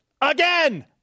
Again